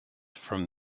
from